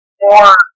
more